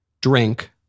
drink